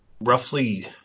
roughly